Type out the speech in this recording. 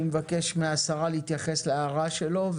אני מבקש מהשרה להתייחס להערה שלו.